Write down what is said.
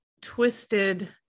twisted